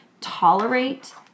tolerate